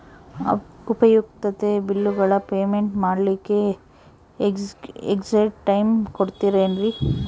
ಉಪಯುಕ್ತತೆ ಬಿಲ್ಲುಗಳ ಪೇಮೆಂಟ್ ಮಾಡ್ಲಿಕ್ಕೆ ಎಕ್ಸ್ಟ್ರಾ ಟೈಮ್ ಕೊಡ್ತೇರಾ ಏನ್ರಿ?